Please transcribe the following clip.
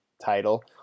title